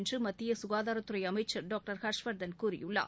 என்று மத்திய சுகாதாரத்துறை அமைச்சர் டாக்டர் ஹர்ஷ்வர்தன் கூறியுள்ளார்